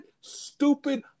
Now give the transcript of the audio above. stupid